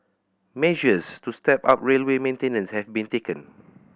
measures to step up railway maintenance have been taken